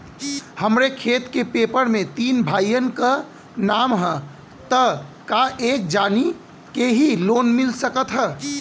हमरे खेत के पेपर मे तीन भाइयन क नाम ह त का एक जानी के ही लोन मिल सकत ह?